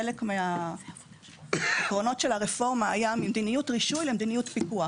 חלק מהעקרונות של הרפורמה היה ממדיניות רישוי למדיניות פיקוח.